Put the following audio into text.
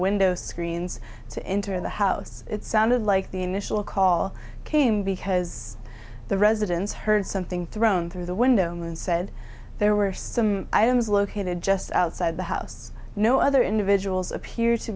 window screens to enter the house it sounded like the initial call came because the residence heard something thrown through the window and said there were some items located just outside the house no other individuals appeared to